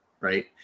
Right